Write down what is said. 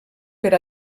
per